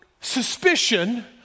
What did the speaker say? suspicion